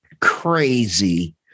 crazy